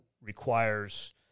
requires